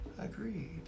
Agreed